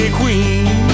queen